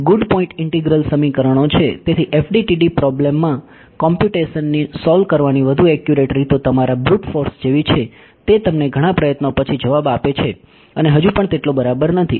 તેથી good point integral સમીકરણો છે તેથી FDTD પ્રોબ્લેમમાં કોમ્પ્યુટેશનલી સોલ્વ કરવાની વધુ એકયુરેટ રીતો તમારા બ્રુટ ફોર્સ જેવી છે તે તમને ઘણા પ્રયત્નો પછી જવાબ આપે છે અને હજુ પણ તેટલો બરાબર નથી